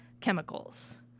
chemicals